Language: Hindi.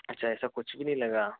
अच्छा ऐसा कुछ भी नहीं लगा